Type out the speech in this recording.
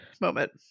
moment